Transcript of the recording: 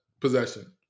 possession